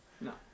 No